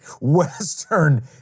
Western